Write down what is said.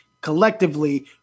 collectively